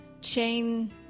chain